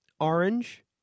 orange